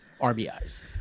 RBIs